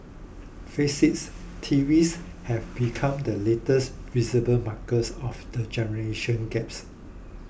face is TVs have become the latest visible markers of the generation gaps